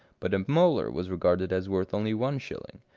but a molar was regarded as worth only one shilling,